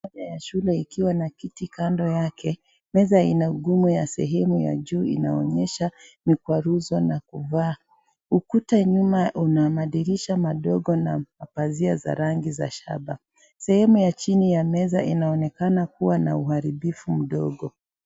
Meza ya shule ikiwa na kiti kando yake , meza ina ugumu ya sehemu ya juu inaonyesha mikwaruzo na kuvaa . Ukuta nyuma una madirisha madogo na pazia za rangi za shaba . Sehemu ya chini ya meza inaonekana kuwa na uharibifu mdogo